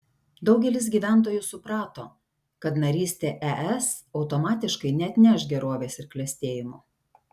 daugelis gyventojų suprato kad narystė es automatiškai neatneš gerovės ir klestėjimo